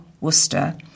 Worcester